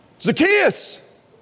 Zacchaeus